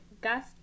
Gus